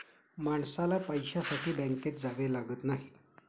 माणसाला पैशासाठी बँकेत जावे लागत नाही